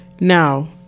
Now